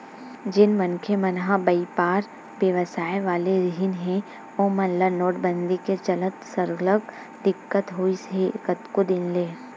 जेन मनखे मन ह बइपार बेवसाय वाले रिहिन हे ओमन ल नोटबंदी के चलत सरलग दिक्कत होइस हे कतको दिन ले